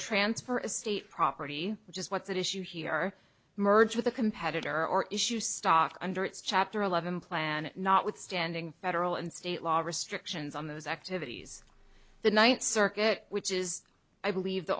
transfer of state property which is what's at issue here merged with a competitor or issue stock under its chapter eleven plan notwithstanding federal and state law restrictions on those activities the ninth circuit which is i believe the